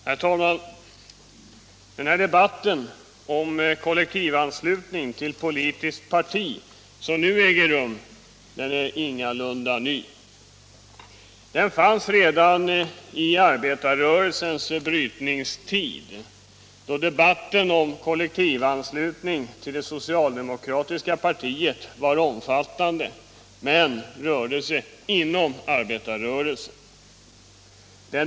Herr talman! Den debatt om kollektivanslutning till politiskt parti som nu äger rum är ingalunda ny. Den fanns redan i arbetarrörelsens brytningstid. Då gällde debatten kollektivanslutning till det socialdemokratiska partiet, och den ägde rum inom arbetarrörelsen.